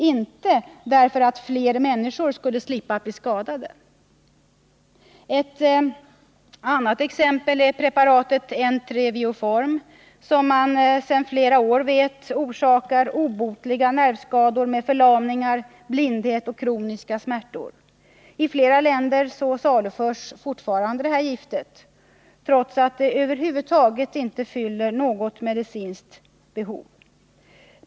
Inte för att fler människor skulle slippa bli skadade! Ett annat aktuellt exempel är preparatet Entero-Vioform, som man sedan flera år vet orsakar obotliga nervskador med förlamningar, blindhet och kroniska smärtor. I flera länder saluförs fortfarande detta gift, trots att det över huvud taget inte fyller något medicinskt behov.